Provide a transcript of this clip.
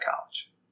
college